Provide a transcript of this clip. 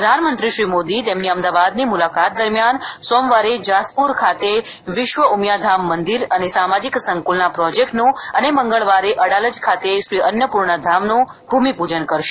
પ્રધાનમંત્રી શ્રી મોદી તેમની અમદાવાદની મુલાકાત દરમિયાન સોમવારે જાસપુર ખાતે વિશ્વ ઉમિયાધામ મંદિર અને સામાજિક સંકુલના પ્રોજેક્ટનું અને મંગળવારે અડાલજ ખાતે શ્રી અન્નપુર્ણા ધામનું ભૂમિપૂજન કરશે